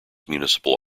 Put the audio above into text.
municipal